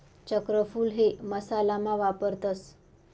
चक्रफूल हे मसाला मा वापरतस